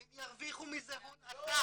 הם ירוויחו מזה הון עתק.